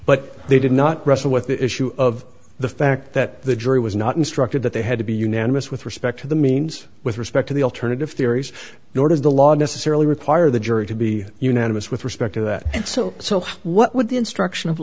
but they did not wrestle with the issue of the fact that the jury was not instructed that they had to be unanimous with respect to the means with respect to the alternative theories nor does the law necessarily require the jury to be unanimous with respect to that and so so what would the instruction of